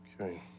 Okay